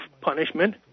punishment